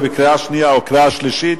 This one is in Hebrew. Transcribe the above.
קריאה שנייה וקריאה שלישית.